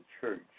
church